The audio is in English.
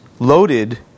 loaded